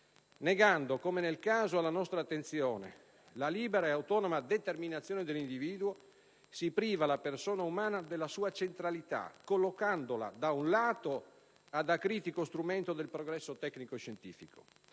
Negando, come nel caso alla nostra attenzione, la libera ed autonoma determinazione dell'individuo si priva la persona umana della sua centralità, collocandola, da un lato, ad acritico strumento del progresso tecnico-scientifico,